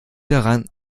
daran